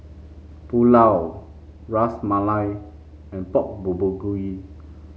Pulao Ras Malai and Pork Bulgogi